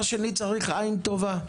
שנית, צריך עין טובה.